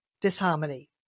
disharmony